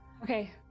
Okay